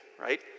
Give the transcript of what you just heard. right